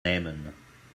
nehmen